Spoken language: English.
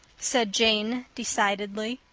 said jane decidedly.